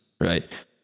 right